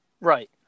right